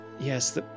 yes